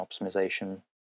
optimization